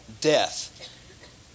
Death